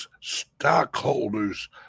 stockholders